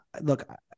look